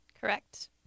Correct